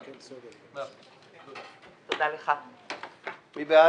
מי בעד?